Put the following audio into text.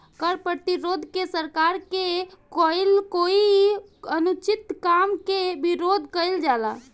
कर प्रतिरोध से सरकार के कईल कोई अनुचित काम के विरोध कईल जाला